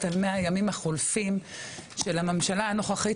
על מאה הימים החולפים של הממשלה הנוכחית,